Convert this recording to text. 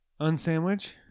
Unsandwich